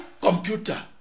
computer